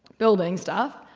building stuff.